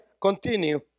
continue